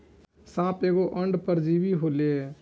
साप एगो अंड परजीवी होले